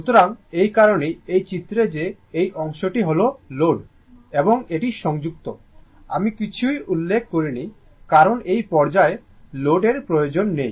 সুতরাং এই কারণেই এই চিত্রে যে এই অংশটি হল লোড এবং এটি সংযুক্ত আমি কিছুই উল্লেখ করিনি কারণ এই পর্যায়ে লোডের প্রয়োজন নেই